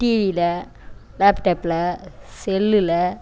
டிவியில லேப்டாப்பில் செல்லில்